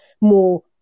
more